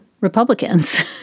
Republicans